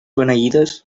beneïdes